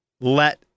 Let